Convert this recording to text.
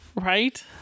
right